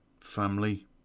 family